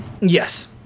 Yes